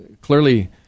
clearly